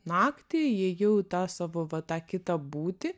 naktį įėjau į tą savo va tą kitą būtį